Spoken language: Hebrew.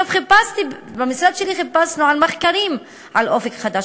חיפשנו במשרד שלי מחקרים על "אופק חדש",